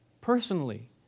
personally